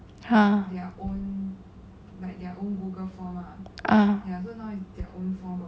!huh! uh